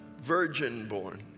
virgin-born